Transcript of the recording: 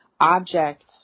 objects